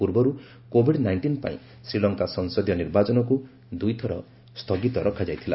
ପୂର୍ବରୁ Covid nineteen ପାଇଁ ଶ୍ରୀଲଙ୍କା ସଂସଦୀୟ ନିର୍ବାଚନକୁ ଦୁଇଥର ସ୍ଥଗିତ ରଖାଯାଇଥିଲା